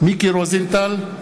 מיקי רוזנטל,